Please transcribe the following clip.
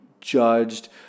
judged